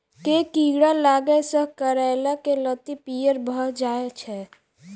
केँ कीड़ा लागै सऽ करैला केँ लत्ती पीयर भऽ जाय छै?